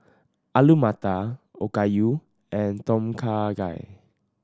Alu Matar Okayu and Tom Kha Gai